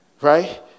Right